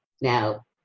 Now